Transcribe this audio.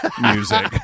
music